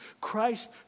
Christ